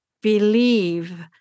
believe